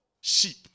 Sheep